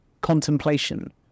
contemplation